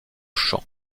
chant